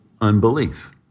unbelief